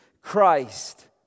Christ